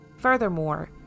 Furthermore